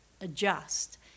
adjust